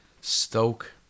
Stoke